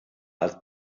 als